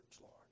Lord